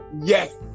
yes